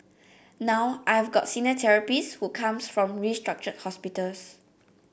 now I've got senior therapist who come from restructured hospitals